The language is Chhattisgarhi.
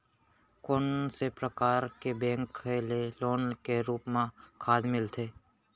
कोन से परकार के बैंक ले लोन के रूप मा खाद मिलथे?